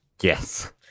Yes